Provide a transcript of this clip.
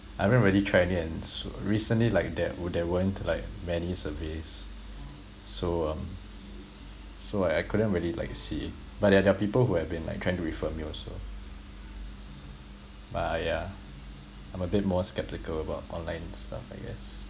I haven't really tried any recently like that wer~ there weren't like many surveys so um so I couldn't really like see but there there are people who have been like trying to refer me also but !aiya! I'm a bit more skeptical about online stuff I guess